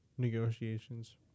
negotiations